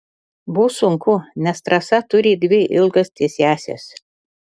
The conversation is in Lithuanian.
bus sunku nes trasa turi dvi ilgas tiesiąsias